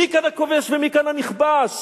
מי כאן הכובש ומי כאן הנכבש?